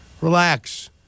relax